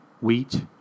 Wheat